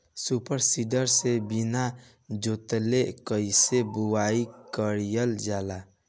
Super seeder से बीना जोतले कईसे बुआई कयिल जाला?